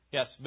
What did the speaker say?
Yes